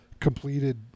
completed